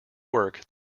work